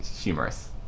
humorous